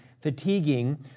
fatiguing